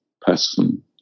person